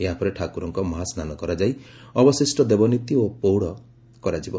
ଏହାପରେ ଠାକୁରଙ୍ଙ ମହାସ୍ରାନ କରାଯାଇ ଅବଶିଷ୍ ଦେବନୀତି ଓ ପୌଢ଼ କରାଯିବ